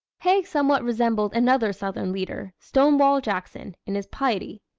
haig somewhat resembled another southern leader, stonewall jackson, in his piety.